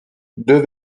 deux